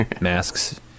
masks